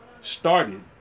started